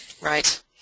Right